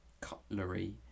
Cutlery